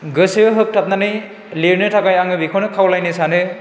गोसो होगथाबनानै लिरनो थाखाय आङो बेखौनो खावलायनो सानो